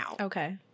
okay